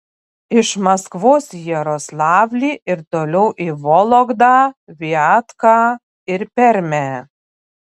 iš maskvos į jaroslavlį ir toliau į vologdą viatką ir permę